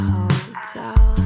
Hotel